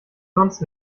sonst